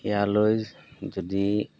ইয়ালৈ যদি